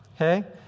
okay